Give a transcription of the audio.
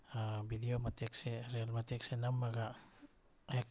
video ꯃꯇꯦꯛꯁꯦ reel ꯃꯇꯦꯛꯁꯦ ꯅꯝꯃꯒ ꯍꯦꯛ